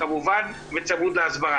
כמובן בצמוד להסברה.